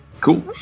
Cool